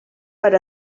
per